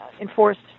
enforced